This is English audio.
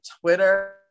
Twitter